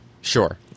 Sure